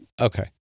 Okay